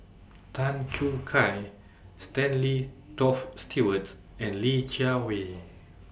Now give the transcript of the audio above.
Tan Choo Kai Stanley Toft Stewart and Li Jiawei